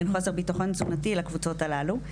בין חוסר ביטחון תזונתי לקבוצות הללו.